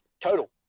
total